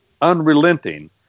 unrelenting